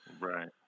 Right